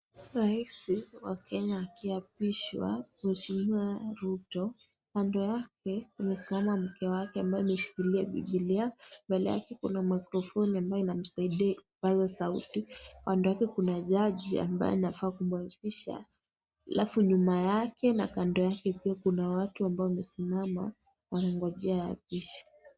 Raisi wa Kenya akiapishwa mweshimiwa Ruto. Kando yake, amesimama mke wake ambaye ameshikilia Biblia, mbele yake kuna maikrofoni ambayo inamsaidia kupaza sauti. Kando yake kuna jaji ambaye anafaa kumuapisha, halafu nyuma yake na kando yake pia kuna watu ambao wamesimama wanangojea aapishwe.